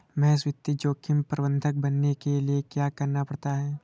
महेश वित्त जोखिम प्रबंधक बनने के लिए क्या करना पड़ता है?